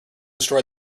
destroy